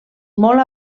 molt